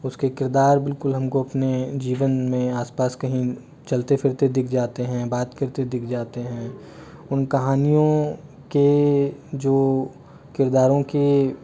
उसके किरदार बिल्कुल हमको अपने जीवन में आस पास कहीं चलते फिरते दिख जाते हैं बात करते दिख जाते हैं उन कहानियों के जो किरदारों के